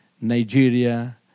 Nigeria